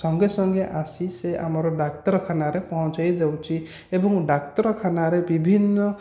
ସଙ୍ଗେ ସଙ୍ଗେ ଆସି ସେ ଆମର ଡାକ୍ତରଖାନାରେ ପହଞ୍ଚେଇ ଦେଉଛି ଏବଂ ଡାକ୍ତରଖାନାରେ ବିଭିନ୍ନ